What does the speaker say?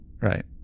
right